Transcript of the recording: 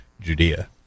Judea